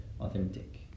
authentic